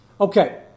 okay